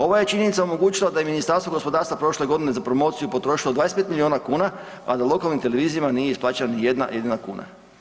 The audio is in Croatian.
Ova je činjenica omogućila da je i Ministarstvo gospodarstva prošle godine za promociju potrošilo 25 milijuna kuna, a da lokalnim televizijama nije isplaćena ni jedna jedina kuna.